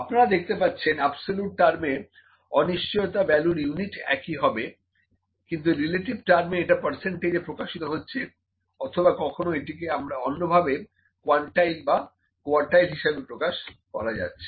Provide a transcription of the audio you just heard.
আপনারা দেখতে পাচ্ছেন অ্যাবসোলুট টার্মে অনিশ্চয়তা ভ্যালুর ইউনিট একই হবে কিন্তু রিলেটিভ টার্মে এটা পার্সেন্টেজে প্রকাশিত হচ্ছে অথবা কখনো এটাকে অন্যভাবে কোয়ানটাইল বা কোয়ারটাইল হিসাবে প্রকাশ করা যাচ্ছে